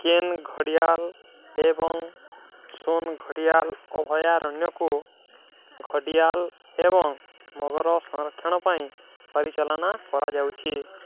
କେନ୍ ଘଡ଼ିଆଳ ଏବଂ ସୋନ ଘଡ଼ିଆଳ ଅଭୟାରଣ୍ୟକୁ ଘଡ଼ିଆଳ ଏବଂ ମଗର ସଂରକ୍ଷଣ ପାଇଁ ପରିଚାଳନା କରାଯାଉଛି